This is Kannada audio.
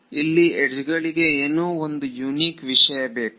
ಇಲ್ಲಿ ಯಡ್ಜ್ಗಳಿಗೆ ಏನೋ ಒಂದು ಯೂನಿಕ್ ವಿಷಯ ಬೇಕು